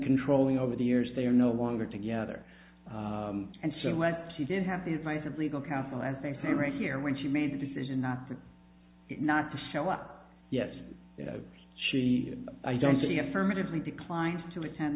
controlling over the years they are no longer together and so what she did have the advice of legal counsel and things to read here when she made the decision not to not to show up yes she i don't see affirmatively declines to attend